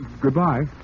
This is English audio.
Goodbye